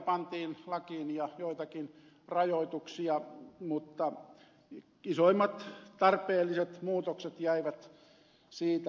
vähän kellonaikoja ja joitakin rajoituksia pantiin lakiin mutta isoimmat tarpeelliset muutokset jäivät siitä pois